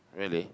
really